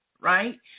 right